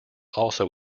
also